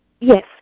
Yes